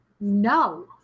No